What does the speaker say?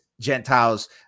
Gentiles